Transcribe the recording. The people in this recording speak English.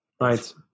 Right